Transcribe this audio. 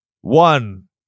one